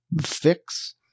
fix